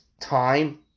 time